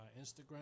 Instagram